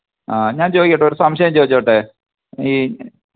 ആ ഞാൻ ചോദിക്കട്ടെ ഒരു സംശയം ചോദിച്ചോട്ടെ ഈ